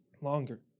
longer